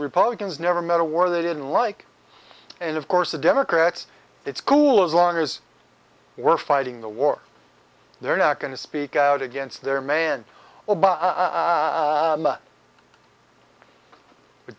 republicans never met a war they didn't like and of course the democrats it's cool as long as we're fighting the war they're not going to speak out against their man